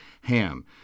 Ham